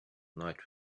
night